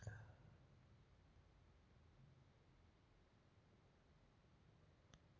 ಬತ್ತಾ ಕಾಫಿ ಚಹಾಗಿಡಾನ ಇಳಿಜಾರ ಪ್ರದೇಶದಾಗ ಬೆಳಿತಾರ